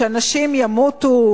שאנשים ימותו?